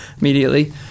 immediately